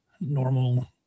normal